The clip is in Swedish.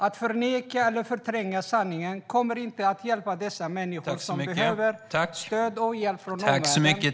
Att förneka eller förtränga sanningen kommer inte att hjälpa dessa människor, som behöver stöd och hjälp från omvärlden.